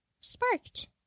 sparked